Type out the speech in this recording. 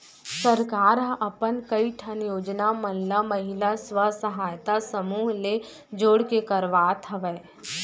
सरकार ह अपन कई ठन योजना मन ल महिला स्व सहायता समूह ले जोड़ के करवात हवय